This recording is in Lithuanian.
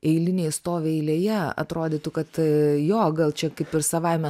eiliniai stovi eilėje atrodytų kad jo gal čia kaip ir savaime